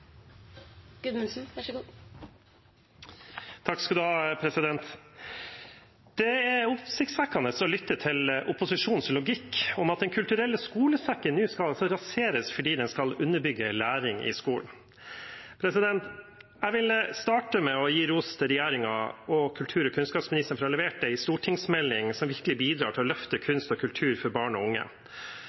oppsiktsvekkende å lytte til opposisjonens logikk om at Den kulturelle skolesekken nå altså skal raseres fordi den skal underbygge læring i skolen. Jeg vil starte med å gi ros til regjeringen og kulturministeren for å ha levert en stortingsmelding som virkelig bidrar til å løfte kunst og kultur for barn og unge.